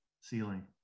ceiling